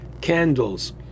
candles